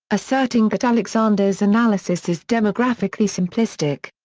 asserting that alexander's analysis is demographically simplistic.